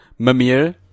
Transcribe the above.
Mamir